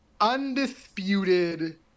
undisputed